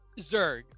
zerg